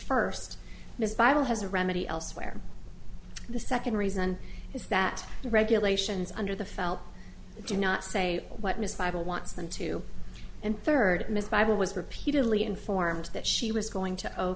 first this bible has a remedy elsewhere the second reason is that the regulations under the phelps do not say what miss libel wants them to and third miss bible was repeatedly informed that she was going to o